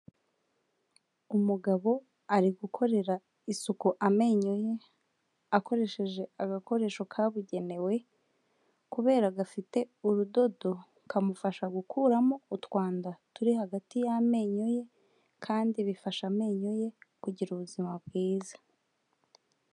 Umugabo ari gukorera isuku amenyo ye akoresheje agakoresho kabugenewe, kubera gafite urudodo kamufasha gukuramo utwanda turi hagati y'amenyo ye, kandi bifasha amenyo ye kugira ubuzima bwiza.